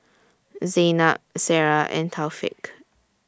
Zaynab Sarah and Taufik